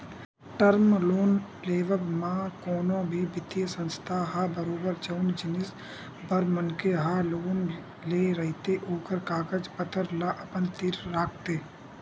term loan लेवब म कोनो भी बित्तीय संस्था ह बरोबर जउन जिनिस बर मनखे ह लोन ले रहिथे ओखर कागज पतर ल अपन तीर राखथे